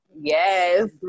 yes